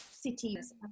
cities